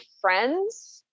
friends